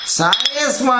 Science